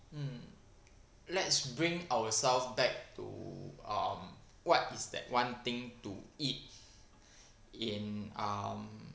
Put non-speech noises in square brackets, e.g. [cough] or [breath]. um let's bring ourself back to um what is that one thing to eat [breath] in um